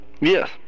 yes